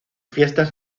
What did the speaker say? fiestas